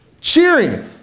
Cheering